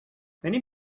many